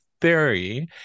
theory